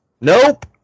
nope